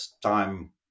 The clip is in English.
time